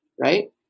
Right